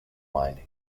mining